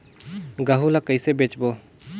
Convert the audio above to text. गहूं ला कइसे बेचबो?